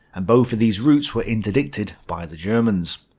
and both of these routes were interdicted by the germans.